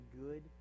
good